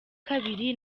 kabiri